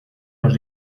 los